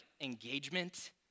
engagement